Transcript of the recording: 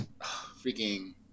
freaking